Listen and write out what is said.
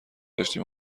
داشتیم